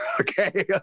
Okay